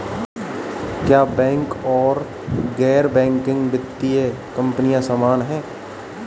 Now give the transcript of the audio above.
क्या बैंक और गैर बैंकिंग वित्तीय कंपनियां समान हैं?